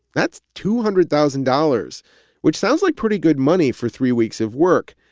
that's two hundred thousand dollars which sounds like pretty good money for three weeks of work.